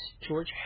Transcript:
George